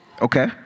Okay